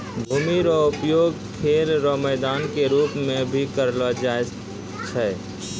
भूमि रो उपयोग खेल रो मैदान के रूप मे भी करलो जाय छै